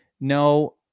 No